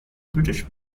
british